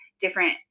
different